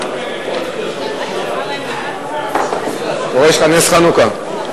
אתה רואה, יש לך נס חנוכה.